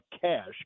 cash